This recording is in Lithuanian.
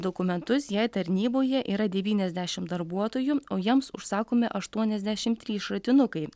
dokumentus jei tarnyboje yra devyniasdešim darbuotojų o jiems užsakomi aštuoniasdešim trys šratinukai